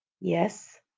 Yes